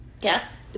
Yes